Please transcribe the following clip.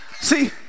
See